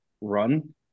run